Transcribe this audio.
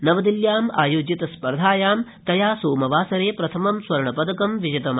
नवदिल्याम् आयोजितस्पर्धायां तया सोमवासर प्रथमं स्वर्णपदकं विजितम्